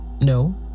no